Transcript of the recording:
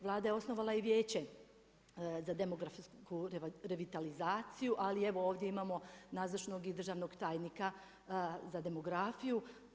Vlada je osnovala i vijeće za demografsku revitalizaciju, ali evo ovdje imamo nazočnog i državnog tajnika za demografiju.